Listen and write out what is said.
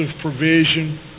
provision